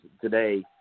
today